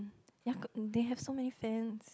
ya they have so many fan